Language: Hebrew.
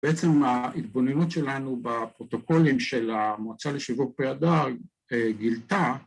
בעצם ההתבוננות שלנו בפרוטוקולים של המועצה לשיווק פרי הדר גילתה